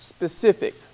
Specific